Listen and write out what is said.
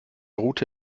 route